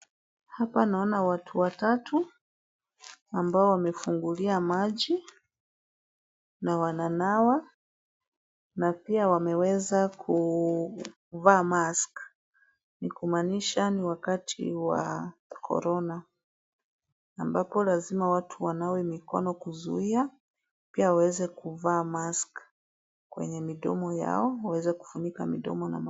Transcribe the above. Hapa naona watu watatu ambao wamefungulia maji na wananawa na pia wameweza kuvaa mask , ni kumaanisha ni wakati wa korona, ambapo lazima watu wanawe mikono kuzuia pia waweze kuvaa mask kwenye midomo yao, waweze kufunika midomo na mapua.